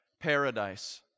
paradise